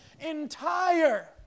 entire